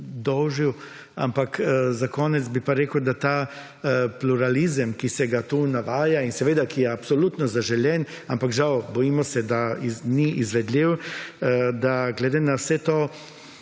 dolžil(?), ampak za konec bi pa rekel, da ta pluralizem, ki se ga tu navaja in seveda, ki je absolutno zaželen, ampak žal, bojimo se, da ni izvedljiv, da glede na vse to,